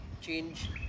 change